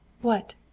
What